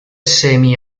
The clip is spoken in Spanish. semi